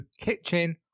Kitchen